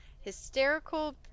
hysterical